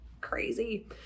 Crazy